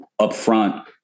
upfront